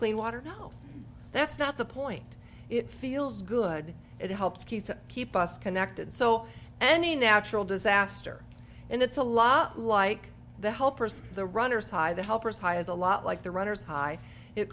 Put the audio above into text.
clean water no that's not the point it feels good it helps keep to keep us connected so any natural disaster and it's a lot like the helpers the runners high the helpers high is a lot like the runner's high it